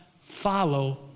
follow